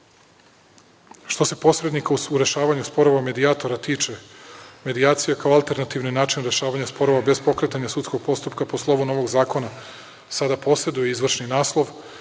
se posrednika u rešavanju sporova, medijatora, tiče, medijacija kao alternativni način rešavanja sporova bez pokretanja sudskog postupka posle ovog novog zakona sada poseduje izvršni naslov.